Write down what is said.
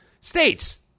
states